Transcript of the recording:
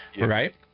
right